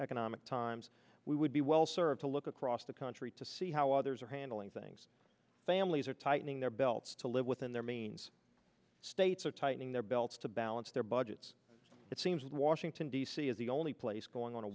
economic times we would be well served to look across the country to see how others are handling things families are tightening their belts to live within their means states are tightening their belts to balance their budgets it seems washington d c is the only place going on a